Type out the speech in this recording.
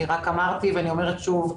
אני רק אמרתי ואני אומרת שוב,